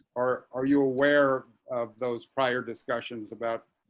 are are you aware of those prior discussions about